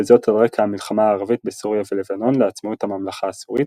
וזאת על רקע המלחמה הערבית בסוריה ולבנון לעצמאות הממלכה הסורית,